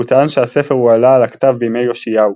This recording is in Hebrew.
הוא טען שהספר הועלה על הכתב בימי יאשיהו,